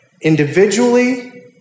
individually